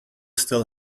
still